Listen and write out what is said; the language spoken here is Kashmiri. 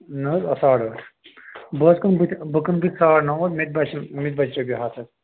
نہَ حظ ساڑ ٲٹھ بہٕ حظ کٕنہٕ بُتھِ بہٕ کٕنہٕ بُتھِ ساڑ نَو حظ مےٚ تہِ بَچہِ مےٚ تہِ بَچہِ رۅپیہِ ہَتھ حظ